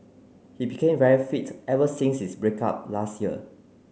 he became very fit ever since his break up last year